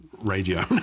radio